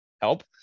help